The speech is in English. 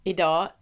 Idag